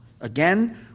Again